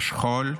את השכול,